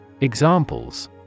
Examples